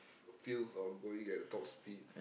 f~ feels on going at the top speed